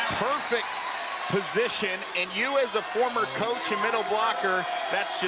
perfect position. and you as a former coach and middle blocker that